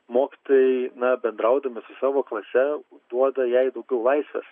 mokytojai na bendraudami su savo klase duoda jai daugiau laisvės